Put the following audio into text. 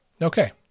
Okay